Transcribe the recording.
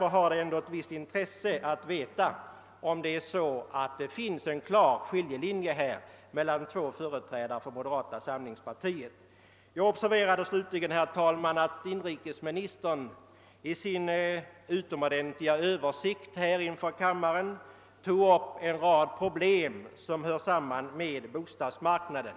har ett visst intresse att få veta om det föreligger en klar skiljelinje i detta avseende mellan två företrädare för moderata samlingspartiet. Jag observerade slutligen, herr talman, att inrikesministern i sin utomordentliga översikt i denna kammare tog upp en rad problem som har samband med bostadsmarknaden.